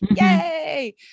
yay